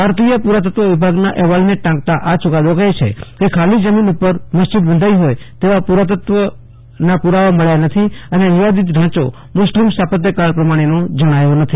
ભારતીય પુરાતત્વ વિભાગના અહેવાલને ટાંકતા આ યુકાદો કહે છે કે ખાલી જમીન ઉપર મસ્જીદ બંધાઇ હોય તેવા પુરાતત્વ પુરાવા મળ્યા નથી અને વિવાદીત ઢાંચો મુસ્લીમ સ્થાપત્યકળા પ્રમાણેનો જણાયો નથી